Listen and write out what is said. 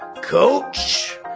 Coach